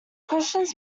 questions